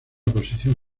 posición